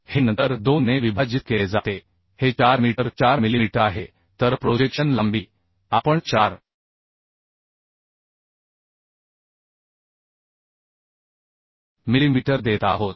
हे नंतर 2 ने विभाजित केले जाते हे 4 मीटर 4 मिलीमीटर आहे तरप्रोजेक्शन लांबी आपण 4 मिलीमीटर देत आहोत